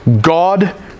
God